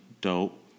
Dope